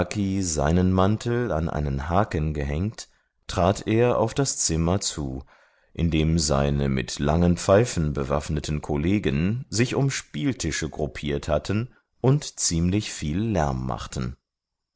seinen mantel an einen haken gehängt trat er auf das zimmer zu in dem seine mit langen pfeifen bewaffneten kollegen sich um spieltische gruppiert hatten und ziemlich viel lärm machten